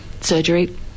surgery